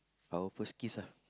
our first kiss ah